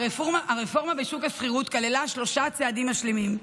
הרפורמה בשוק השכירות כללה שלושה צעדים משלימים,